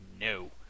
No